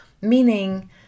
meaning